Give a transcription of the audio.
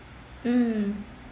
mm